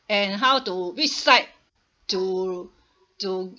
and how to which side to to